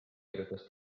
kirjutas